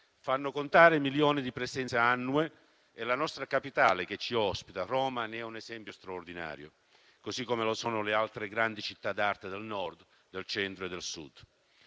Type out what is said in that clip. fanno contare milioni di presenze annue; la nostra Capitale che ci ospita, Roma, ne è un esempio straordinario, così come lo sono le altre grandi città d'arte del Nord, del Centro e del Sud.